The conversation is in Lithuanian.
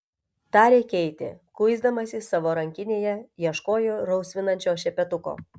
tarė keitė kuisdamasi savo rankinėje ieškojo rausvinančio šepetuko